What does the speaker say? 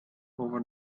over